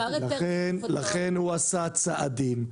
לכן הוא עשה צעדים.